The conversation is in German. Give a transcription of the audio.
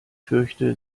fürchte